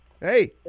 Hey